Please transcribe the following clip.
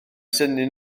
synnu